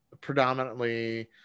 predominantly